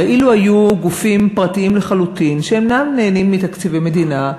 הרי אילו היו גופים פרטיים לחלוטין שאינם נהנים מתקציבי מדינה,